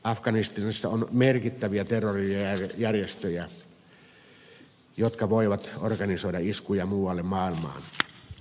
afganistanissa on merkittäviä terrorijärjestöjä jotka voivat organisoida iskuja muualle maailmaan